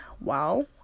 Wow